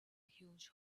huge